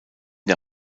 der